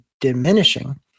diminishing